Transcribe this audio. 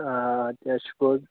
آ تہِ حَظ چھُ پوٚز